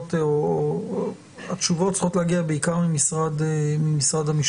או התשובות צריכות להגיע בעיקר ממשרד המשפטים.